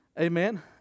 Amen